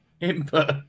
input